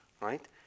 Right